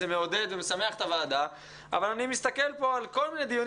זה מעודד ומשמח את הוועדה אבל אני מסתכל פה על כל מיני דיונים